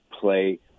play